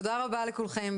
תודה רבה לכולכם.